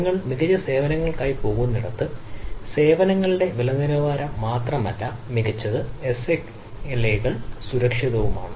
നിങ്ങൾ മികച്ച സേവനങ്ങൾക്കായി പോകുന്നിടത്ത് സേവനങ്ങളുടെ വിലനിലവാരം മാത്രമല്ല മികച്ചത് SLA കൾ മികച്ച സുരക്ഷയാണ്